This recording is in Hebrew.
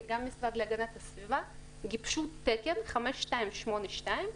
והמשרד להגנת הסביבה גיבשו תקן 5282,